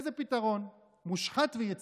איזה פתרון מושחת ויצירתי,